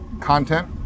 content